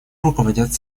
руководят